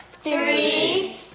three